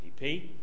GDP